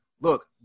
look